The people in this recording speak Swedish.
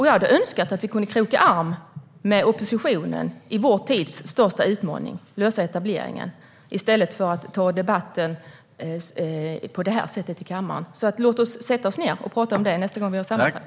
Jag hade önskat att vi kunde kroka arm med oppositionen i vår tids största utmaning - att lösa etableringen - i stället för att ta debatten på det här sättet i kammaren. Låt oss sätta oss ned och tala om det nästa gång vi har sammanträde!